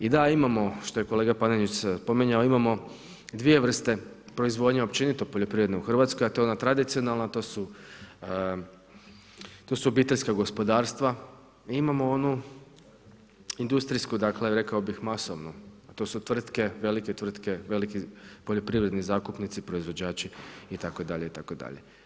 I da imamo, što je kolega Panenić spominjao, imamo dvije vrste proizvodnje općenito poljoprivredne u Hrvatskoj, a to je ona tradicionalna, to su obiteljska gospodarstva i imamo onu industrijsku, dakle rekao bih masovnu, a to su velike tvrtke, veliki poljoprivredni zakupnici proizvođači itd., itd.